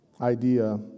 idea